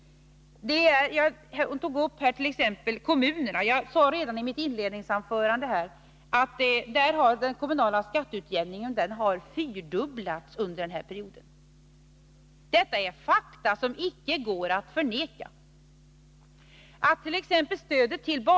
Eivor Marklund tog exempelvis upp kommunerna. Jag sade redan i mitt inledningsanförande att de belopp som förmedlas via den kommunala skatteutjämningen har fyrdubblats under den här perioden. Detta är fakta som inte går att förneka!